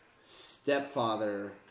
Stepfather